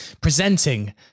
presenting